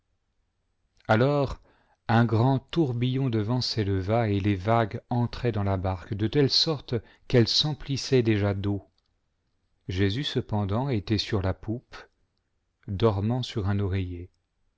alors un grand tourbillon de vent s'éleva et les vagues entraient dans la barque de telle sorte qu'elle s'emplissait déjà d'eau jésus cependant était sur la poupe dormant sur un oreiller